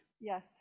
Yes